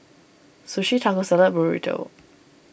Sushi Taco Salad Burrito